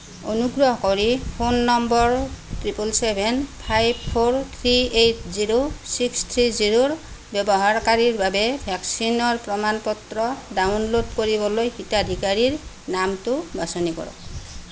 অনুগ্ৰহ কৰি phone number triple seven five four three eight zero six three জিৰ'ৰ ব্যৱহাৰকাৰীৰ বাবে ভেকচিনৰ প্ৰমাণ পত্ৰ ডাউনলোড কৰিবলৈ হিতাধিকাৰীৰ নামটো বাছনি কৰক